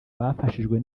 bafashijwe